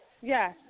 yes